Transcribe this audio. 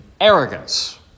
arrogance